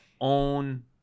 own